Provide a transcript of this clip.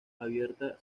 abierta